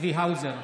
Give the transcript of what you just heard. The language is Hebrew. צבי האוזר,